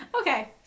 Okay